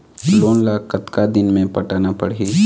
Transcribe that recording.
Loan ला कतका दिन मे पटाना पड़ही?